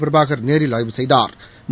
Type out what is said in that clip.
பிரபாகள் நேரில் ஆய்வு செய்தாள்